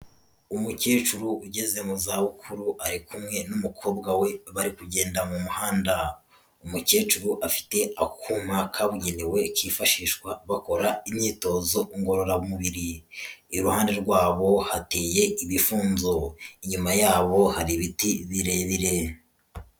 Umukecuru ugeze mu zabukuru, ari kumwe n'umukobwa we, bari kugenda mu muhanda. Umukecuru afite akuma kabugenewe, kifashishwa bakora imyitozo ngororamubiri, iruhande rwabo hateye ibifunzo, inyuma yabo hari ibiti birebire.